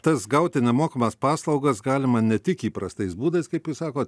tas gauti nemokamas paslaugas galima ne tik įprastais būdais kaip jūs sakot